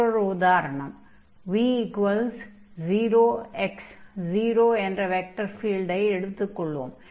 மற்றொரு உதாரணம் v 0x0 என்ற வெக்டர் ஃபீல்டை எடுத்துக் கொள்வோம்